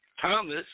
Thomas